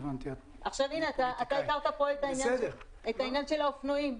אתה הזכרת פה את העניין של האופנועים,